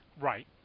Right